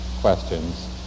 questions